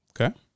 Okay